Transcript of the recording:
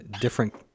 different